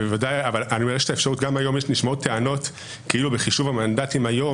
אבל גם היום נשמעות טענות כאילו בחישוב המנדטים היום,